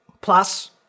Plus